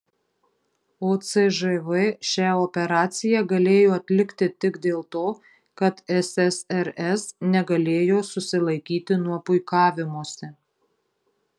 o cžv šią operaciją galėjo atlikti tik dėl to kad ssrs negalėjo susilaikyti nuo puikavimosi